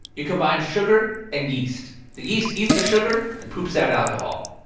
you combine sugar and yeast. the yeast eats the sugar and poops out alcohol.